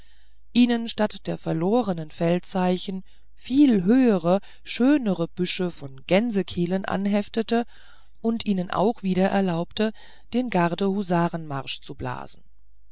ihnen statt der verlornen feldzeichen viel höhere schönere büsche von gänsekielen anheftete und ihnen auch wieder erlaubte den gardehusarenmarsch zu blasen